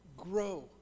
grow